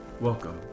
Welcome